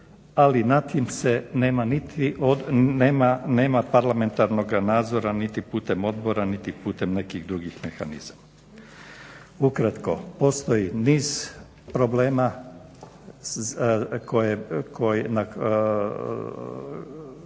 se nema niti, nema parlamentarnoga nadzora niti putem odbora, niti putem nekih drugih mehanizama. Ukratko, postoji niz problema koje